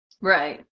Right